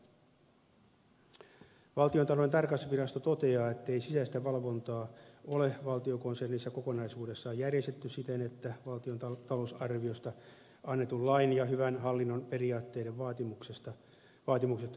valtiontalouden tarkastusvirasto toteaa ettei sisäistä valvontaa ole valtiokonsernissa kokonaisuudessaan järjestetty siten että valtion talousarviosta annetun lain ja hyvän hallinnon periaatteiden vaatimukset toteutuisivat